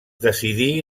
decidí